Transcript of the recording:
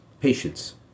Patience